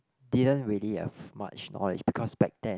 didn't really have much knowledge because back then